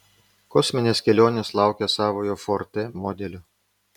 kosminės kelionės laukia savojo ford t modelio